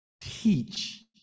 teach